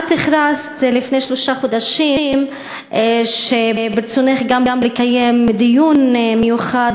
את הכרזת לפני שלושה חודשים שברצונך לקיים דיון מיוחד